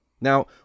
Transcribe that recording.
Now